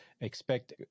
expect